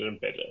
better